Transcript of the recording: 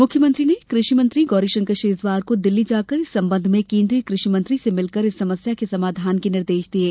मुख्यमंत्री ने कृषि मंत्री गौरीशंकर शेजवार को दिल्ली जाकर इस संबंध में केन्द्रीय कृषि मंत्री से मिलकर इस समस्या के समाधान के निर्देश दिये